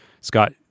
Scott